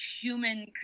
human